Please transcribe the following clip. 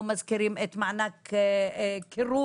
לא מזכירים את מענק קירור,